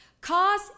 Cause